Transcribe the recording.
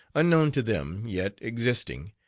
unknown to them, yet existing,